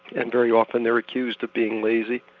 and very often they're accused of being lazy,